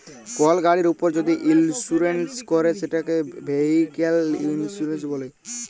call গাড়ির উপর যদি ইলসুরেলস ক্যরে সেটকে ভেহিক্যাল ইলসুরেলস ব্যলে